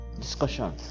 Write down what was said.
discussion